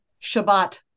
Shabbat